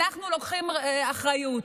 אנחנו לוקחים אחריות.